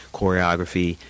choreography